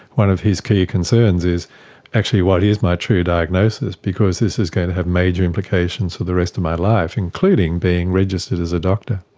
one of his key concerns is actually what is my true diagnosis because this is going to have major implications for the rest of my life, including being registered as a doctor.